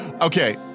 Okay